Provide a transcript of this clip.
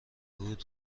بود